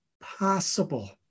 possible